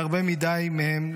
והרבה מדי מהם,